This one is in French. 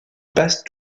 passe